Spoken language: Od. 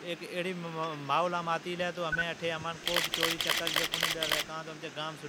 ھیک ایری ماحولام آتی ھلی ھلی تو ھمین اٹھی امان کو بی چوری چکاری ڈرکو نی